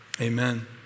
Amen